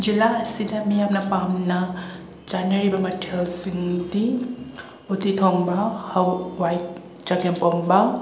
ꯖꯤꯂꯥ ꯑꯁꯤꯗ ꯃꯤꯌꯥꯝꯅ ꯄꯥꯝꯅ ꯆꯥꯅꯔꯤꯕ ꯃꯊꯦꯜꯁꯤꯡꯗꯤ ꯎꯇꯤ ꯊꯣꯡꯕ ꯍꯋꯥꯏ ꯆꯥꯒꯦꯝꯄꯣꯝꯕ